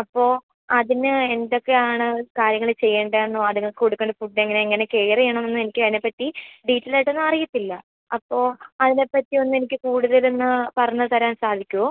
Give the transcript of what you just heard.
അപ്പോൾ അതിന് എന്തൊക്കെയാണ് കാര്യങ്ങൾ ചെയ്യേണ്ടത് എന്നും അതുങ്ങൾക്ക് കൊടുക്കേണ്ട ഫുഡ് എങ്ങനെയാണ് എങ്ങനെ കെയർ ചെയ്യണം എന്നും എനിക്ക് അതിനെ പറ്റി ഡീറ്റെയിൽ ആയിട്ട് ഒന്നും അറിയത്തില്ല അപ്പോൾ അതിനെ പറ്റി ഒന്ന് എനിക്കൊന്ന് കൂടുതൽ പറഞ്ഞുതരാൻ സാധിക്കുമോ